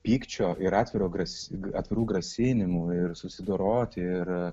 pykčio ir atviro gras atvirų grasinimų ir susidoroti ir